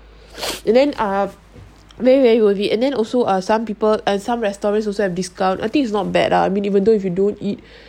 and then ah very very worth it and then also ah some people at some restaurants also have discount I think it's not bad lah I mean even though if you don't eat